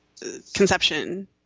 conception